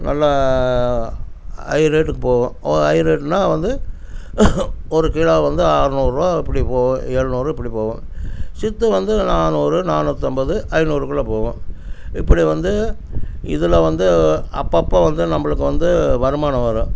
நல்ல ஹைரேட்டுக்கு போகும் ஹைரேட்டுன்னா வந்து ஒரு கிலோ வந்து ஆறுநூறுபா இப்படி போகும் எழநூறு இப்படி போகும் சித்து வந்து நானூறு நானூத்தைம்பது ஐநூறுக்குள்ளே போகும் இப்படி வந்து இதில் வந்து அப்பப்போ வந்து நம்மளுக்கு வந்து வருமானம் வரும்